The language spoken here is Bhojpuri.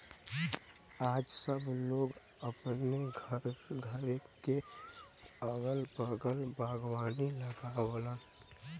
आज सब लोग अपने घरे क अगल बगल बागवानी लगावलन